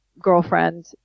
girlfriend